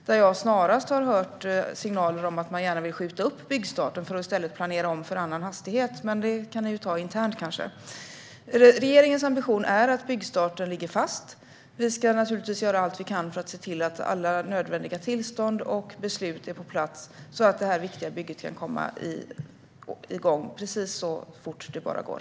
Jag har snarast hört signaler om att man gärna vill skjuta upp byggstarten för att i stället planera om för annan hastighet. Men det kan ni kanske ta internt. Regeringens ambition är att byggstarten ligger fast. Vi ska naturligtvis göra allt vi kan för att se till att alla nödvändiga tillstånd och beslut är på plats så att det här viktiga bygget kan komma igång så fort som det bara går.